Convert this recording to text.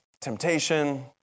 temptation